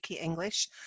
English